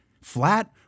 Flat